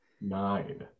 Nine